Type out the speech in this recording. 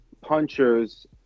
punchers